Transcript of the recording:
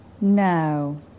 no